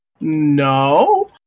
No